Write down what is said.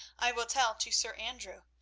i will tell to sir andrew,